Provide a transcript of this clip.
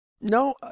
no